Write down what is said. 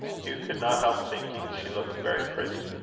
hugh could not help thinking she looked very pretty.